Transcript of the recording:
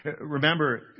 Remember